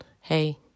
Hey